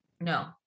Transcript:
No